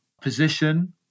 position